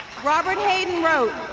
robert hayden wrote,